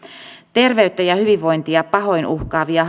terveyttä ja hyvinvointia pahoin uhkaavia